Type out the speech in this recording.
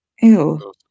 ew